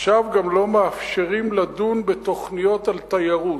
עכשיו גם לא מאפשרים לדון בתוכניות על תיירות,